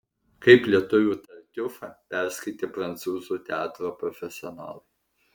kaip lietuvių tartiufą perskaitė prancūzų teatro profesionalai